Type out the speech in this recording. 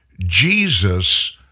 Jesus